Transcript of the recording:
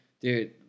dude